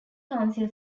council